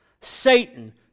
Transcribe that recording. Satan